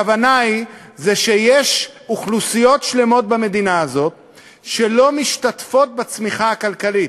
הכוונה היא שיש אוכלוסיות שלמות במדינה הזו שלא משתתפות בצמיחה הכלכלית,